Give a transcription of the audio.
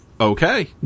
Okay